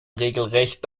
regelrecht